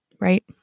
right